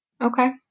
Okay